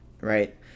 Right